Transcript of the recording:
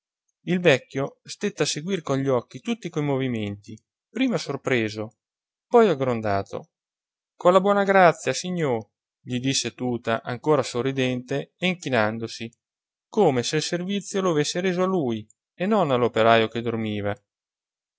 il vecchio stette a seguir con gli occhi tutti quei movimenti prima sorpreso poi aggrondato co la bona grazia signo gli disse tuta ancora sorridente e inchinandosi come se il servizio lo avesse reso a lui e non all'operajo che dormiva